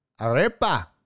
Arepa